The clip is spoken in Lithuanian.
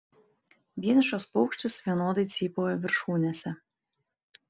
vienišas paukštis vienodai cypauja viršūnėse